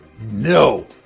No